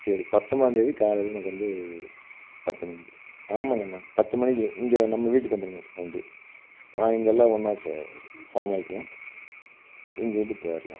சரி பத்தம்போதாம் தேதி காலையில் எனக்கு வந்து பத்து மணிக்கு ஆமாம் கண்ணா பத்து மணிக்கு இங்கே நம்ம வீட்டுக்கு வந்துர்ணும் வண்டி நாங்கள் இங்கேல்லாம் ஒன்னாக ஃபார்ம் ஆயிக்குவோம் இங்கேருந்து போயிர்லான்